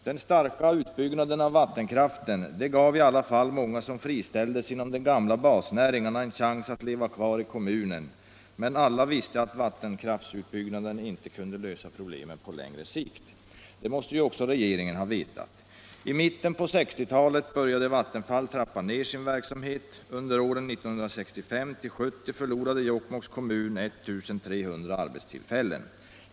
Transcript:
Den starka utbyggnaden av vattenkraften gav i alla fall många som friställdes inom de gamla basnäringarna en chans att leva kvar i kommunen, men alla visste att vattenkraftsutbyggnaden inte kunde lösa problemen på längre sikt. Det måste också regeringen ha vetat. I mitten av 1960-talet började Vattenfall trappa ner sin verksamhet. Under åren 1965-1970 förlorade Jokkmokks kommun 1 300 arbetstillfällen.